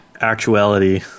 actuality